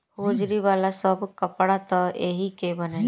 hosiery वाला सब कपड़ा त एही के बनेला